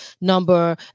number